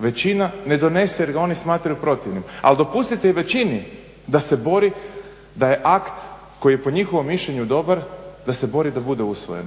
većina ne donese jer ga oni smatraju protivnim. Ali dopustite i većini da se bori, da je akt koji je po njihovom mišljenju dobar da se bori da bude usvojen.